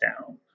down